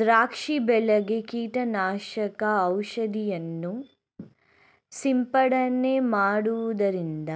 ದ್ರಾಕ್ಷಿ ಬೆಳೆಗೆ ಕೀಟನಾಶಕ ಔಷಧಿಯನ್ನು ಸಿಂಪಡನೆ ಮಾಡುವುದರಿಂದ